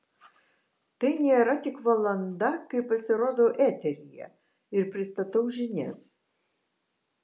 tai nėra tik valanda kai pasirodau eteryje ir pristatau žinias